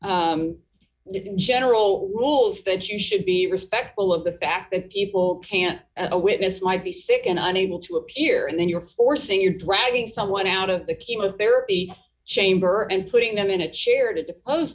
general rules that you should be respectful of the fact that people can't at a witness might be sick and unable to appear and then you're forcing you're dragging someone out of the chemotherapy chamber and putting them in a chair to